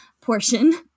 portion